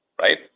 Right